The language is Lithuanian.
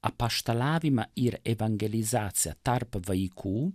apaštalavimą ir evangelizaciją tarp vaikų